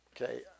okay